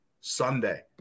Sunday